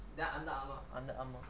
under armour